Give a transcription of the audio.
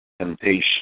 Temptation